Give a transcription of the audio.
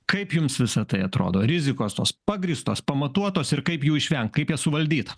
kaip jums visa tai atrodo rizikos tos pagrįstos pamatuotos ir kaip jų išvengt kaip jas suvaldyt